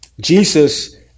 Jesus